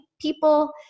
people